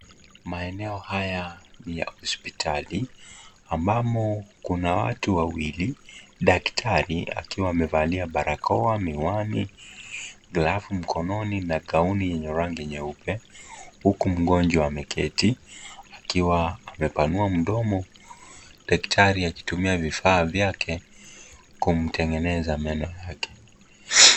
Maeneo haya ni ya hospitali ambamo kuna watu wawili daktari akiwa amevalia barakoa, miwani, glavu mikoni na gauni yenye rangi nyeupe huku mgonjwa ameketi akiwa amepanua mdomo daktari akitumia vifaa vyake kumtengeneza meno yake.